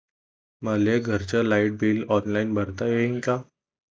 मले घरचं light bill online भरता येईन का?